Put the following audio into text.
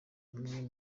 amwe